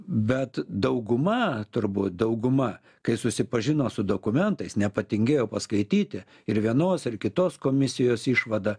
bet dauguma turbūt dauguma kai susipažino su dokumentais nepatingėjo paskaityti ir vienos ir kitos komisijos išvadą